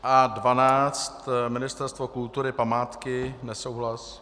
A12, Ministerstvo kultury, památky, nesouhlas.